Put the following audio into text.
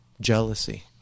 jealousy